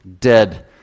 dead